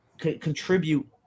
contribute